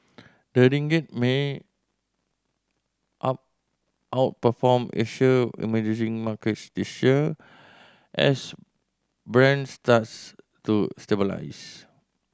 the ringgit may out outperform Asia emerging markets this year as Brent starts to stabilise